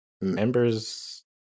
members